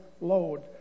load